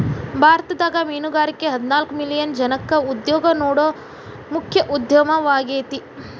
ಭಾರತದಾಗ ಮೇನುಗಾರಿಕೆ ಹದಿನಾಲ್ಕ್ ಮಿಲಿಯನ್ ಜನಕ್ಕ ಉದ್ಯೋಗ ನೇಡೋ ಮುಖ್ಯ ಉದ್ಯಮವಾಗೇತಿ